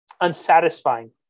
unsatisfying